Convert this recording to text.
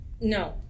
No